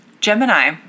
Gemini